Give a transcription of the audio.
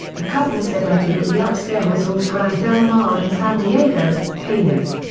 the couple said i do at the upscale resort grand del mar in san diego, calif.